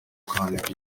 kwandika